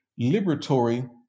liberatory